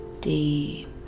Deep